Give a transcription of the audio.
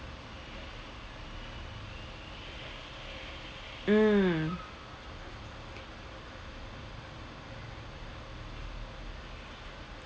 mm